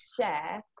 share